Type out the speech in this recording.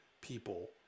people